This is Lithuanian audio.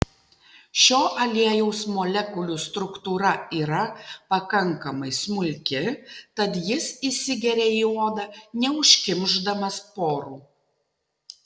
šio aliejaus molekulių struktūra yra pakankamai smulki tad jis įsigeria į odą neužkimšdamas porų